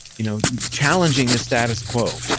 you know challenging the status quo.